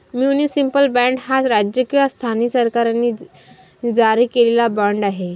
municipal bond हा राज्य किंवा स्थानिक सरकारांनी जारी केलेला बाँड आहे